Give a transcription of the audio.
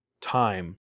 time